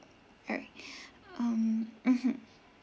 alright um mmhmm